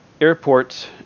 airports